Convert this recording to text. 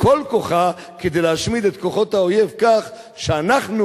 בכל כוחה כדי להשמיד את כוחות האויב כך שאנחנו